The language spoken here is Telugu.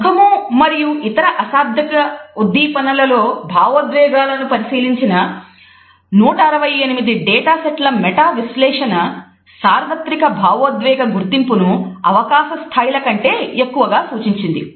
ముఖము మరియు ఇతర అశాబ్దిక ఉద్దీపనల లో భావోద్వేగాలను పరిశీలించిన 168 డేటా సెట్ల మెటా విశ్లేషణ సార్వత్రిక భావోద్వేగ గుర్తింపును అవకాశ స్థాయిల కంటే ఎక్కువగా సూచించింది